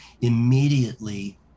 immediately